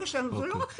וזה לא רק חיסונים.